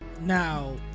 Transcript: Now